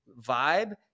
vibe